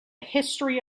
history